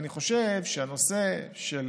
חושב שהנושא של